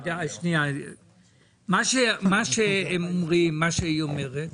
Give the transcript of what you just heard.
מה שהם אומרים,